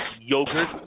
yogurt